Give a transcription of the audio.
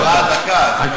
עוד דקה, עוד דקה.